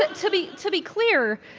but to be to be clear,